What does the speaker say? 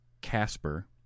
Casper